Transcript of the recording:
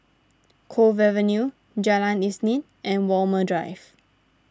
Cove Avenue Jalan Isnin and Walmer Drive